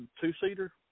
two-seater